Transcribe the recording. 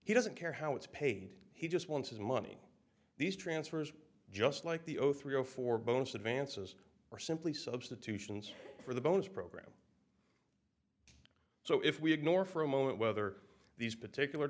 he doesn't care how it's paid he just wants his money these transfers just like the zero three zero four bonus advances are simply substitution for the bonus program so if we ignore for a moment whether these particular